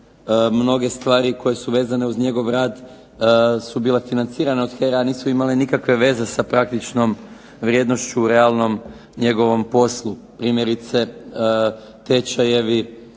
mnoge stvari koje su vezane uz njegov rad su bile financirane od HERA-e, a nisu imale nikakve veze sa praktičnom vrijednošću u realnom njegovom poslu, primjerice tečajevi